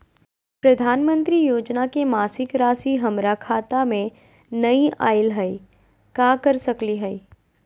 प्रधानमंत्री योजना के मासिक रासि हमरा खाता में नई आइलई हई, का कर सकली हई?